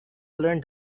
learn